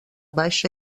baixa